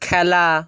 খেলা